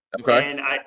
Okay